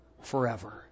forever